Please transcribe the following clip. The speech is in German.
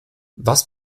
was